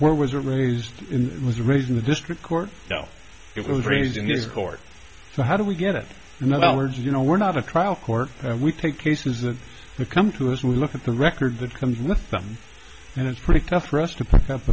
where was it raised it was raised in the district court you know it was raised in his court so how do we get it in other words you know we're not a trial court and we take cases that come to us we look at the record that comes with them and it's pretty tough for us to pick up